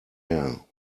air